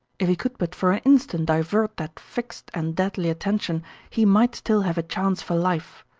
if he could but for an instant divert that fixed and deadly attention he might still have a chance for life.